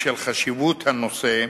בשל חשיבות הנושא,